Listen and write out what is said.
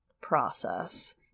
process